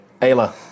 Ayla